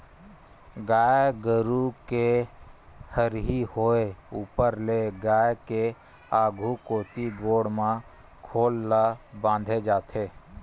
गाय गरु के हरही होय ऊपर ले गाय के आघु कोती गोड़ म खोल ल बांधे जाथे